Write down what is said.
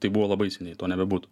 tai buvo labai seniai to nebebūtų